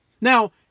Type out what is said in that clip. Now